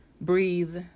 breathe